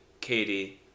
Katie